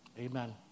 Amen